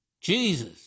Jesus